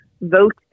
vote